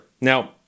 Now